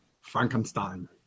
Frankenstein